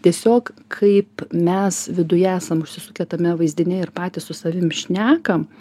tiesiog kaip mes viduje esam užsisukę tame vaizdinyje ir patys su savim šnekam